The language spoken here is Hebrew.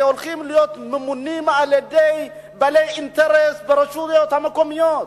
שהולכים להיות שם ממונים על-ידי בעלי אינטרס ברשויות המקומיות.